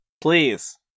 please